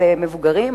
על מבוגרים,